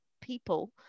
people